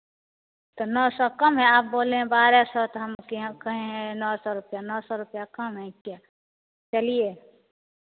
तो नौ सौ कम है आप बोले हैं बारह सौ तो हम कहें हैं नौ सौ रुपया नौ सौ रुपया कम है क्या चलिए